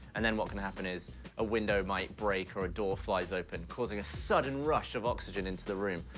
and then what can happen is a window might break or a door flies open, causing a sudden rush of oxygen into the room,